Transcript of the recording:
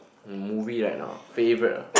um movie right now ah favourite ah